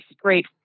great